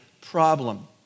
problem